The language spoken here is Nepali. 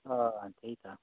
अँ त्यही त